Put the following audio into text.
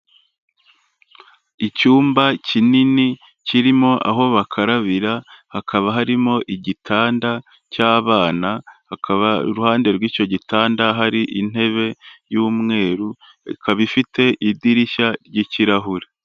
Icyumba kinini kirimo aho bakarabira, hakaba harimo igitanda cy'abana, hakaba iruhande rw'icyo gitanda hari intebe y'umweru, ikaba ifite idirishya ry'kirahure.